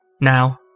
Now